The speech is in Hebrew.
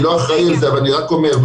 אני לא אחראי לזה אבל אני רק אומר,